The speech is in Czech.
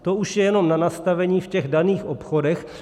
To už je jenom na nastavení v těch daných obchodech.